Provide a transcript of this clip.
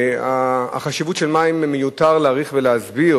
החשיבות של מים, מיותר להעריך ולהסביר